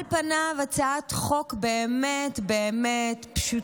על פניו, הצעת חוק באמת פשוטה,